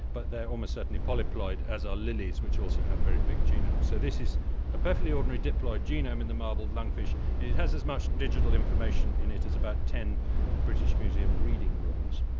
but they're almost certainly polyploid, as are lilies, which also have very big genomes. so this is a perfectly ordinary diploid genome in the marbled lungfish, and it has as much digital information in it as about ten british museum reading rooms.